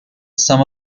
some